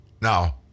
Now